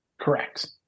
Correct